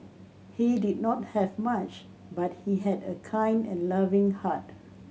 he did not have much but he had a kind and loving heart